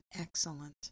excellent